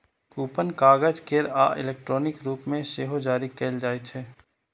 coupon कागज केर आ इलेक्ट्रॉनिक रूप मे सेहो जारी कैल जाइ छै